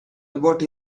about